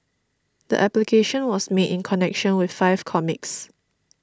the application was made in connection with five comics